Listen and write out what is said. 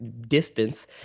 distance